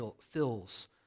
fills